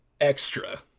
extra